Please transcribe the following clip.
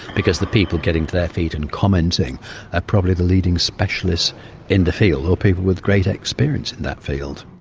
because the people getting their feet and commenting are ah probably the leading specialists in the field or people with great experience in that field.